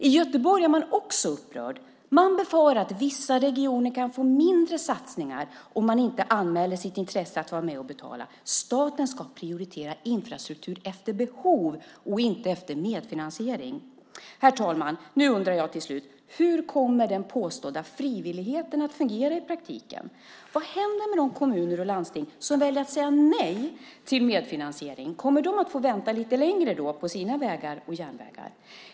I Göteborg är man också upprörd. Man befarar att vissa regioner kan få mindre satsningar om de inte anmäler sitt intresse att vara med och betala. Staten ska prioritera infrastruktur efter behov och inte efter medfinansiering. Herr talman! Nu undrar jag till slut: Hur kommer den påstådda frivilligheten att fungera i praktiken? Vad händer med de kommuner och landsting som väljer att säga nej till medfinansiering? Kommer de att få vänta lite längre på sina vägar och järnvägar?